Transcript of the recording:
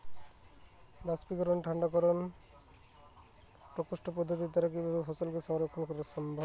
বাষ্পীকরন ঠান্ডা করণ ঠান্ডা প্রকোষ্ঠ পদ্ধতির দ্বারা কিভাবে ফসলকে সংরক্ষণ করা সম্ভব?